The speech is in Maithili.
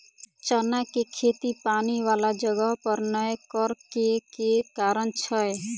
चना केँ खेती पानि वला जगह पर नै करऽ केँ के कारण छै?